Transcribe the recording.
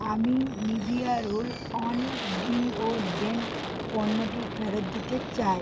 আমি Nivea roll on deodorant পণ্যটি ফেরত দিতে চাই